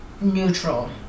neutral